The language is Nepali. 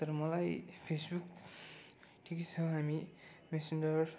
तर मलाई फेसबुक ठिकै छ हामी मेसेन्जर